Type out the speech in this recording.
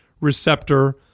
receptor